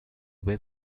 web